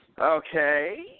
Okay